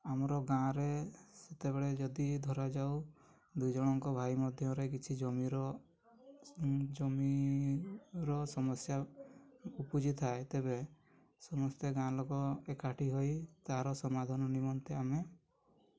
ଆମର ଗାଁରେ ସେତେବେଳେ ଯଦି ଧରାଯାଉ ଦୁଇଜଣଙ୍କ ଭାଇ ମଧ୍ୟରେ କିଛି ଜମିର ଜମି ର ସମସ୍ୟା ଉପୁଜିଥାଏ ତେବେ ସମସ୍ତେ ଗାଁ ଲୋକ ଏକାଠି ହୋଇ ତାର ସମାଧାନ ନିମନ୍ତେ ଆମେ